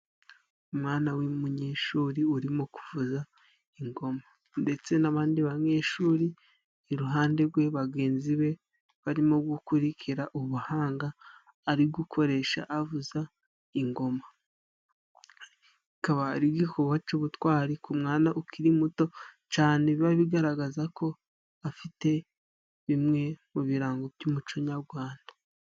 Umwana w'umunyeshuri urimo kuvuza ingoma ndetse n'abandi banyeshuri iruhande rwe bagenzi be barimo gukurikira ubuhanga ari gukoresha avuza ingoma. Akaba ari igikorwa cy'ubutwari ku mwana ukiri muto cyane biba bigaragaza ko afite bimwe mu birango by'umuco nyarwanda.